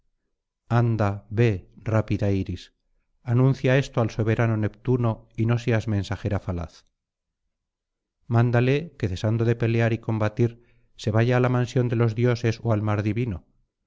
ve rápida iris anuncia esto al soberano neptuno y no seas mensajera falaz mándale que cesando de pelear y combatir se vaya á la mansión de los dioses ó al mar divino